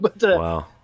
Wow